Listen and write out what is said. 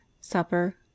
supper